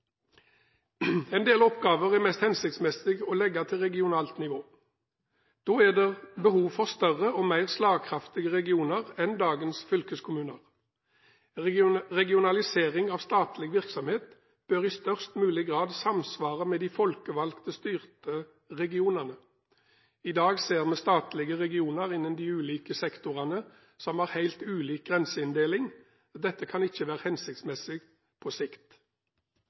En del oppgaver er mest hensiktsmessig å legge til regionalt nivå. Da er det behov for større og mer slagkraftige regioner enn dagens fylkeskommuner. Regionalisering av statlig virksomhet bør i størst mulig grad samsvare med de folkevalgt styrte regionene. I dag ser vi at statlige regioner innen de ulike sektorene har helt ulik grenseinndeling. Dette kan ikke være hensiktsmessig på sikt.